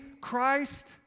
Christ